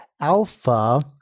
alpha